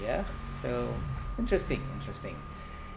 ya so interesting interesting